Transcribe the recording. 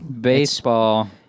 Baseball